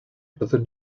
byddwn